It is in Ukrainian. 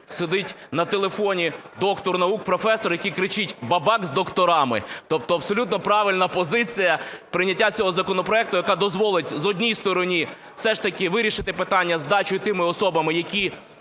сидить на телефоні доктор наук, професор, який кричить: "Бабак з докторами!". Тобто абсолютно правильна позиція – прийняття цього законопроекту, яка дозволить, з однієї сторони, все ж таки вирішити питання здачі тими особами, які